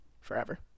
Forever